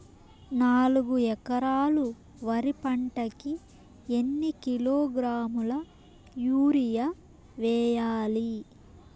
నాలుగు ఎకరాలు వరి పంటకి ఎన్ని కిలోగ్రాముల యూరియ వేయాలి?